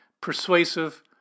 persuasive